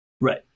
Right